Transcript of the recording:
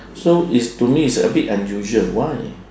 so it's to me it's abit unusual why